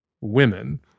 women